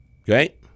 Okay